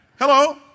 Hello